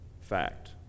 fact